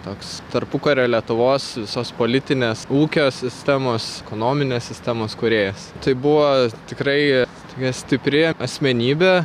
toks tarpukario lietuvos visos politinės ūkio sistemos ekonominės sistemos kūrėjas tai buvo tikrai tokia stipri asmenybė